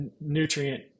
nutrient